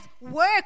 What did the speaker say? work